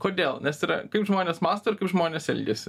kodėl nes yra kaip žmonės mąsto ir kaip žmonės elgiasi